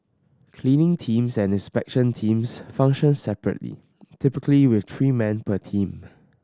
cleaning teams and inspection teams function separately typically with three men per team